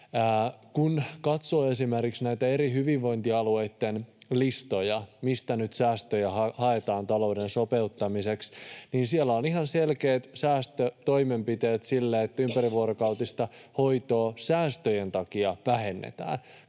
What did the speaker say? Kun katsoo esimerkiksi näitä eri hyvinvointialueitten listoja, mistä nyt säästöjä haetaan talouden sopeuttamiseksi, niin siellä on ihan selkeät säästötoimenpiteet siinä, että ympärivuorokautista hoitoa säästöjen takia vähennetään.